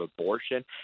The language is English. abortion